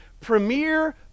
premier